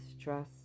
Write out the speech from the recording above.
stress